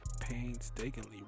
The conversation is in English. painstakingly